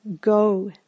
go